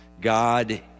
God